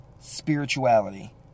spirituality